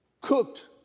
cooked